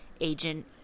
Agent